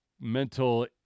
mental